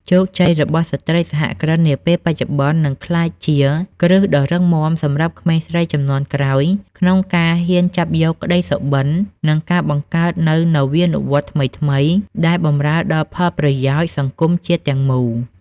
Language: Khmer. ជោគជ័យរបស់ស្ត្រីសហគ្រិននាពេលបច្ចុប្បន្ន នឹងក្លាយជាគ្រឹះដ៏រឹងមាំសម្រាប់ក្មេងស្រីជំនាន់ក្រោយ ក្នុងការហ៊ានចាប់យកក្ដីសុបិន និងការបង្កើតនូវនវានុវត្តន៍ថ្មីៗដែលបម្រើដល់ផលប្រយោជន៍សង្គមជាតិទាំងមូល។